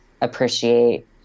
appreciate